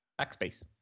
backspace